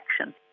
action